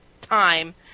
time